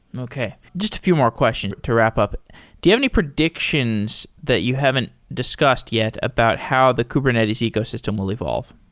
okay. just a few more questions to wrap up, do you have any predictions that you haven't discussed yet about how the kubernetes ecosystem will evolve?